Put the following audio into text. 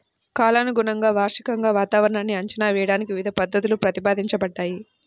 కాలానుగుణంగా, వార్షికంగా వాతావరణాన్ని అంచనా వేయడానికి వివిధ పద్ధతులు ప్రతిపాదించబడ్డాయి